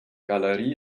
galerie